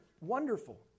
Wonderful